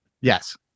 Yes